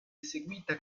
eseguita